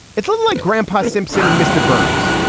it's a little like grandpa simpson and mr. burns,